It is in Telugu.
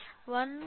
04 1 1